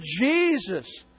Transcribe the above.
Jesus